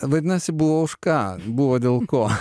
vadinasi buvo už ką buvo dėl ko